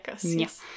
Yes